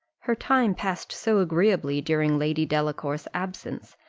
her time passed so agreeably during lady delacour's absence,